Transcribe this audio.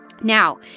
Now